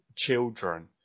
Children